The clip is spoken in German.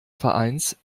vereins